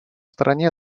стороне